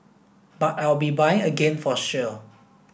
but I'll be buying again for sure